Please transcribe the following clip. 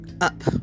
up